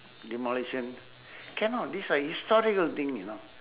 demolition cannot this a historical thing you know